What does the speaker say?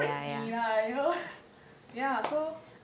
freak 你 lah you know ya so